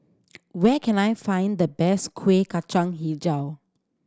where can I find the best Kuih Kacang Hijau